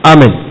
Amen